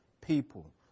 people